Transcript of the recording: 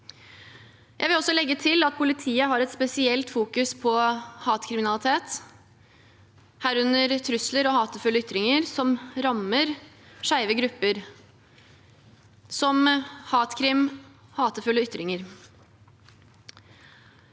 Jeg vil også legge til at politiet fokuserer spesielt på hatkriminalitet, herunder trusler og hatefulle ytringer som rammer skeive grupper – som hatkrim og hatefulle ytringer.